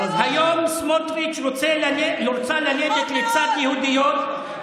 היום סמוטריץ' רוצה ללדת לצד יהודיות,